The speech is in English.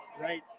Right